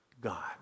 God